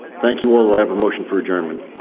thank you all, do i have a motion for adjournment?